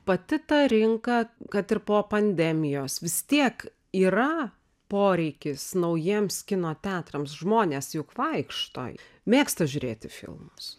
pati ta rinka kad ir po pandemijos vis tiek yra poreikis naujiems kino teatrams žmonės juk vaikšto mėgsta žiūrėti filmus